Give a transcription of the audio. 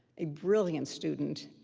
a brilliant student,